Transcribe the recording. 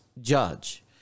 judge